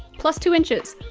plus two inches,